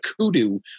kudu